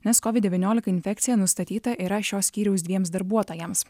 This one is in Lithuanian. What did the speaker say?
nes covid devyniolika infekcija nustatyta yra šio skyriaus dviems darbuotojams